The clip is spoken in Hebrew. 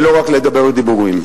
ולא רק לדבר דיבורים.